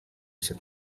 asia